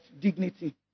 dignity